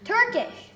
Turkish